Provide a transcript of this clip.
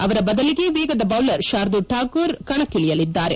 ಅವರ ಬದಲಿಗೆ ವೇಗದ ಬೌಲರ್ ಶಾರ್ದೂಲ್ ಠಾಕೂರ್ ಕಣಕಿಳಿಯಲಿದ್ದಾರೆ